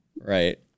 Right